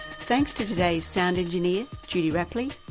thanks to today's sound engineer, judy rapley,